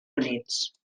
units